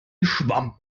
schwamm